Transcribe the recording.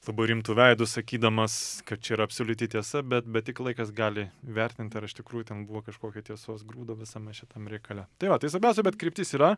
labai rimtu veidu sakydamas kad čia yra absoliuti tiesa bet bet tik laikas gali įvertint ar iš tikrųjų ten buvo kažkokio tiesos grūdo visame šitam reikale tai va tai svarbiausia bet kryptis yra